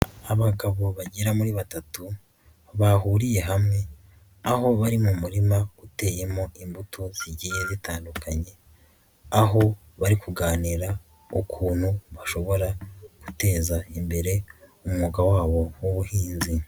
Abagabo bagera muri batatu bahuriye hamwe aho bari mu murima uteyemo imbuto zigiye zitandukanye. Aho bari kuganira ukuntu bashobora guteza imbere umwuga wabo w'ubuhinzi.